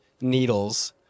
needles